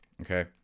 Okay